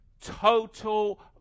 total